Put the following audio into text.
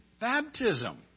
baptism